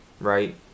right